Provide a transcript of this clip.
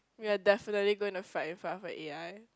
we are definitely going to fight in front a a_i